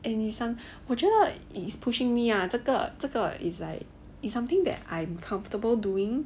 and some 我觉得 it is pushing me ah 这个这个 is like it's something that I am comfortable doing